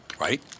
Right